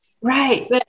Right